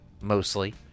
mostly